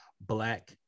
black